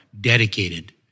dedicated